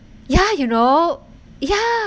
ya you know ya